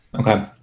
Okay